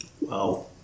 Wow